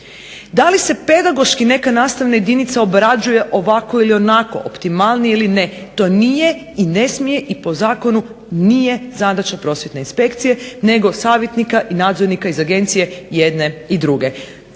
Da li se pedagoški neka nastavna jedinica obrađuje ovako ili onako, optimalnije ili ne, to nije ne smije i po zakonu nije zadaća inspekcije nego savjetnika i nadzornika iz agencije jedne i druge.